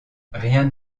rien